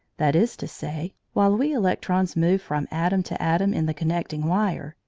that is to say, while we electrons move from atom to atom in the connecting wire,